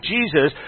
Jesus